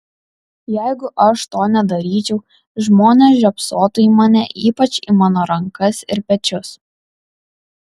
jeigu aš to nedaryčiau žmonės žiopsotų į mane ypač į mano rankas ir pečius